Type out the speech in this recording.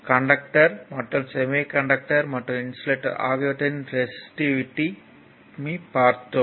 conductor மற்றும் semiconductor மற்றும் insulator ஆகியவற்றின் ரெசிஸ்டிவிட்டியைப் பார்த்தோம்